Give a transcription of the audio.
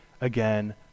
again